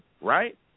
right